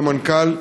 ולמנכ"ל.